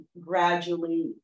gradually